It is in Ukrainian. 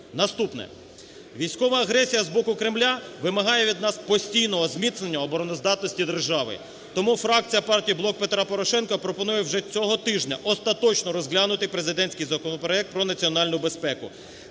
Наступне. Військова агресія з боку Кремля вимагає від нас постійного зміцнення обороноздатності держави, тому фракція Партії "Блок Петра Порошенка" пропонує вже цього тижня остаточно розглянути президентський законопроект про національну безпеку.